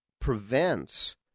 prevents